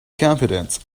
confident